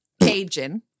Cajun